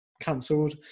cancelled